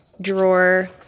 drawer